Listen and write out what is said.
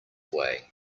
way